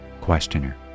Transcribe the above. Questioner